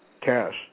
cash